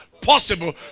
possible